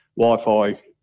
Wi-Fi